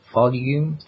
Volume